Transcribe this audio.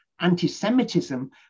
anti-Semitism